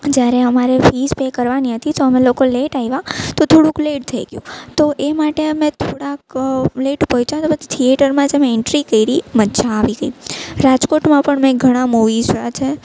જ્યારે અમારે fees pay કરવાની હતી તો અમે લોકો લેટ આવ્યા તો થોડુંક લેટ થઈ ગયું તો એ માટે અમે થોડાંક લેટ પહોંચ્યા તો પછી થિએટરમાં જ અમે એન્ટ્રી કરી મજા આવી ગઈ રાજકોટમાં પણ મેં ઘણા મુવીઝ જોયા છે